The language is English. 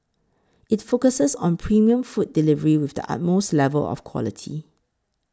it focuses on premium food delivery with the utmost level of quality